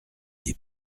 des